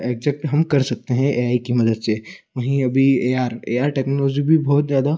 exact हम कर सकते हैं ए आई की मदद से वहीं अभी A R A R technology भी बहुत ज़्यादा